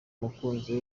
mukunzi